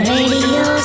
Radio